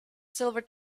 silver